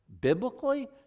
biblically